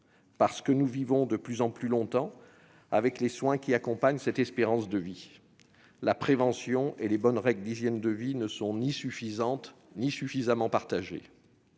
parce que nous vivons de plus en plus longtemps et que nombre de soins accompagnent cette augmentation de l'espérance de vie. La prévention et les bonnes règles d'hygiène de vie ne sont ni suffisantes ni suffisamment partagées.